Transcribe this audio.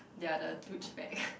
their the douche bag